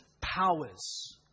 powers